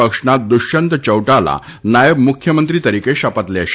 પક્ષના દુષ્યંત ચૌટાલા નાયબ મુખ્યમંત્રી તરીકે શપથ લેશે